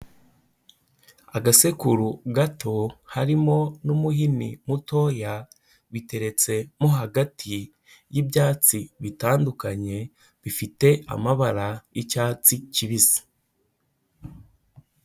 Agasekuru gato, harimo n'umuhini mutoya, biteretse mo hagati y'ibyatsi bitandukanye, bifite amabara y'icyatsi kibisi.